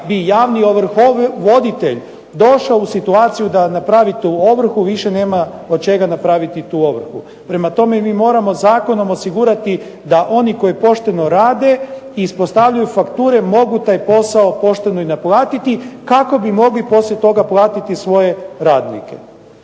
bi javni ovrhovoditelj došao u situaciju da napravi tu ovrhu više nema od čega napraviti tu ovrhu. Prema tome mi moramo zakonom osigurati da oni koji pošteno rade i ispostavljaju fakture mogu taj posao pošteno i naplatiti kako bi mogli poslije toga platiti svoje radnike.